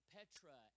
Petra